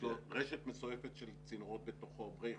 יש לו רשת מסועפת של צינורות בתוכו בריכות,